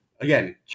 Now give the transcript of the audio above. again